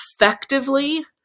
effectively